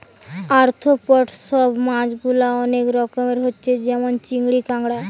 arthropod সব মাছ গুলা অনেক রকমের হচ্ছে যেমন চিংড়ি, কাঁকড়া